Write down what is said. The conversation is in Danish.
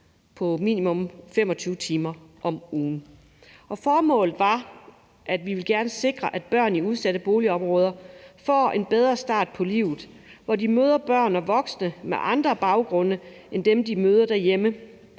på minimum 25 timer om ugen. Formålet var, at vi gerne vil sikre, at børn i udsatte boligområder får en bedre start på livet, hvor de møder børn og voksne med andre baggrunde end dem, de møder derhjemme,